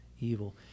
evil